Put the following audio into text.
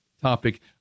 topic